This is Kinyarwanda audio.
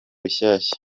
rushyashya